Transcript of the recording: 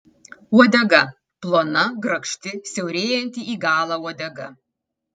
uodega plona grakšti siaurėjanti į galą uodega